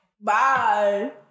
Bye